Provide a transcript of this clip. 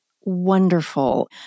wonderful